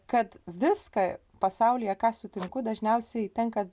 kad viską pasaulyje ką sutinku dažniausiai tenka